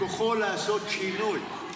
בכוחו לעשות שינוי.